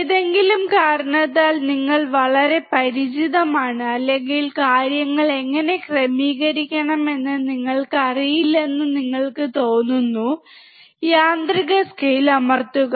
ഏതെങ്കിലും കാരണത്താൽ നിങ്ങൾ വളരെ പരിചിതമാണ് അല്ലെങ്കിൽ കാര്യങ്ങൾ എങ്ങനെ ക്രമീകരിക്കണമെന്ന് നിങ്ങൾക്ക് അറിയില്ലെന്ന് നിങ്ങൾക്ക് തോന്നുന്നു യാന്ത്രിക സ്കെയിൽ അമർത്തുക